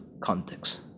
context